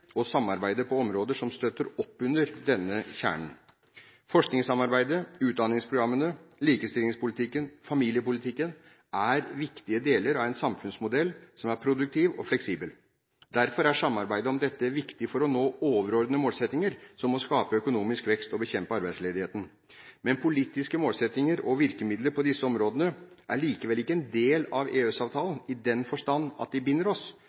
og samarbeidet på områder som støtter opp under denne kjernen. Forskningssamarbeidet, utdanningsprogrammene, likestillingspolitikken og familiepolitikken er viktige deler av en samfunnsmodell som er produktiv og fleksibel. Derfor er samarbeidet om dette viktig for å nå overordnede målsettinger som å skape økonomisk vekst og bekjempe arbeidsledigheten. Men politiske målsettinger og virkemidler på disse områdene er likevel ikke en del av EØS-avtalen i den forstand at de binder oss,